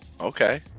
okay